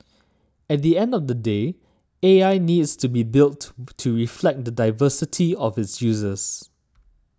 at the end of the day A I needs to be built to reflect the diversity of its users